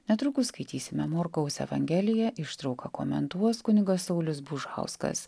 netrukus skaitysime morkaus evangeliją ištrauką komentuos kunigas saulius bužauskas